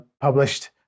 published